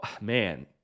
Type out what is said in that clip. man